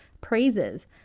praises